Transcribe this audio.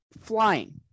Flying